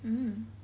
mmhmm